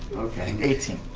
okay, eighteen.